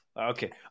Okay